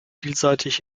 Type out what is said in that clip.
vielseitig